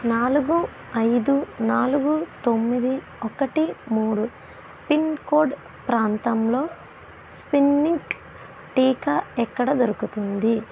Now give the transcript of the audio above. నాలుగు ఐదు నాలుగు తొమ్మిది ఒకటి మూడు పిన్కోడ్ ప్రాంతంలో స్పుత్నిక్ టీకా ఎక్కడ దొరుకుతుంది